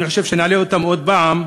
אני חושב שנעלה אותם עוד פעם,